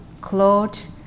clothes